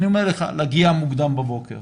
אני אומר לך, להגיע מוקדם בבוקר